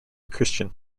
christian